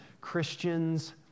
Christians